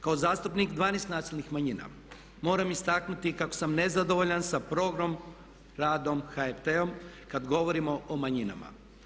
Kao zastupnik 12 nacionalnih manjina moram istaknuti kako sam nezadovoljan sa programom, radom HRT-a kada govorimo o manjinama.